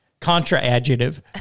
contra-adjective